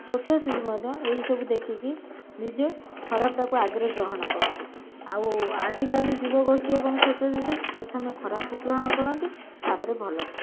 ଛୋଟ ଶିଶୁ ମଧ୍ୟ ଏଇସବୁ ଦେଖିକି ନିଜେ ଖରାପଟାକୁ ଆଗରେ ଗ୍ରହଣ କରୁଛି ଆଉ ଆଜିକାଲି ଯୁବଗୋଷ୍ଠୀ ଏବଂ ଛୋଟ ଶିଶୁ ପ୍ରଥମେ ଖରାପକୁ ଗ୍ରହଣ କରନ୍ତି ତାପରେ ଭଲକୁ